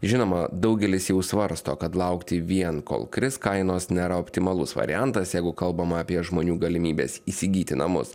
žinoma daugelis jau svarsto kad laukti vien kol kris kainos nėra optimalus variantas jeigu kalbama apie žmonių galimybes įsigyti namus